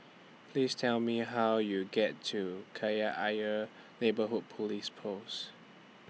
Please Tell Me How YOU get to Kreta Ayer Neighbourhood Police Post